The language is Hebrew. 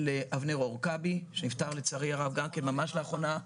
אבנר עורקבי שלצערי הרב נפטר ממש לאחרונה.